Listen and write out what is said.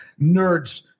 nerds